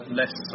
less